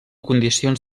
condicions